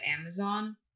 Amazon